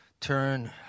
turn